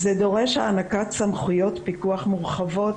זה דורש הענקת סמכויות פיקוח מורחבות,